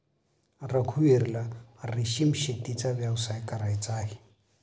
रघुवीरला रेशीम शेतीचा व्यवसाय करायचा आहे